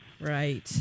right